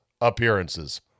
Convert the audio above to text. appearances